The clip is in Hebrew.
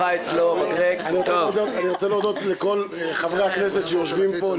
אני רוצה להודות לכל חברי הכנסת שיושבים פה,